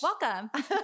Welcome